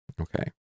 Okay